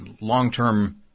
long-term